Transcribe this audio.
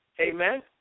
Amen